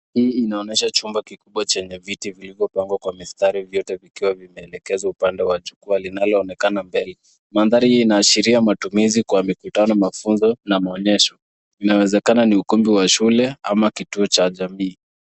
Ninaona chumba kikubwa chenye viti vingi, bango kubwa, na miktari yote ikiwa imeelekezwa upande wa mbele ambapo kuna jukwaa na eneo linaloonekana wazi. Mandhari hii inaashiria matumizi kwa mikutano, mafunzo au mihadhara. Naweza kuhisi kuwa ni ukumbi wa shule au kituo cha jamii.